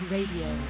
Radio